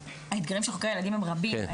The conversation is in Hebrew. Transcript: האתגרים של חוקרי הילדים הם רבים.